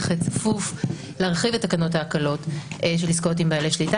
צפוף להרחיב את תקנות ההקלות של עסקאות עם בעלי שליטה,